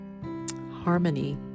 harmony